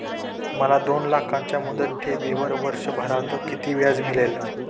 मला दोन लाखांच्या मुदत ठेवीवर वर्षभरात किती व्याज मिळेल?